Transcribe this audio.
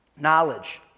knowledge